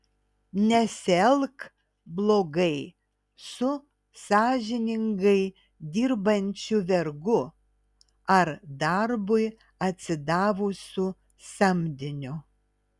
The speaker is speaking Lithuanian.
nesielk blogai su sąžiningai dirbančiu vergu ar darbui atsidavusiu samdiniu